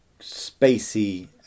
spacey